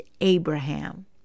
Abraham